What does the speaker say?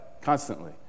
Constantly